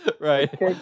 right